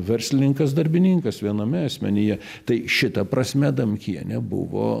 verslininkas darbininkas viename asmenyje tai šita prasme adamkienė buvo